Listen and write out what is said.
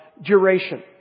duration